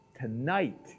tonight